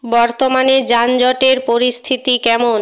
বর্তমানে যানজটের পরিস্থিতি কেমন